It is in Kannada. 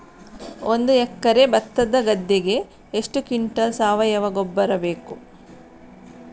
ಒಂದು ಎಕರೆ ಭತ್ತದ ಗದ್ದೆಗೆ ಎಷ್ಟು ಕ್ವಿಂಟಲ್ ಸಾವಯವ ಗೊಬ್ಬರ ಬೇಕು?